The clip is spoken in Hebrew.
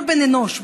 כל בן אנוש,